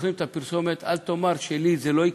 זוכרים את הפרסומת "אל תאמר: לי זה לא יקרה"?